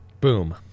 Boom